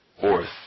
fourth